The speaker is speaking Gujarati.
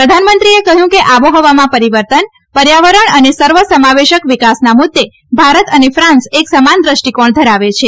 પ્રધાનમંત્રીએ કહ્યું કે આબોહવામાં પરિવર્તન પર્યાવરણ અને સર્વ સમાવેશક વિકાસના મુદ્દે ભારત અને ક્રાન્સ એકસમાન દષ્ટિકોણ ધરાવે છે